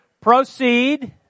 proceed